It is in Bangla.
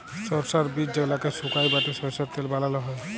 সরষার বীজ যেগলাকে সুকাই বাঁটে সরষার তেল বালাল হ্যয়